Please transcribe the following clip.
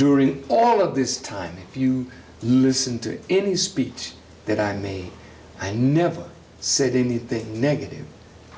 during all of this time if you listen to any speech that i made i never said anything negative